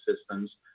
systems